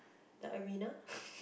the arena